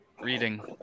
reading